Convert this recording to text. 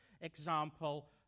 example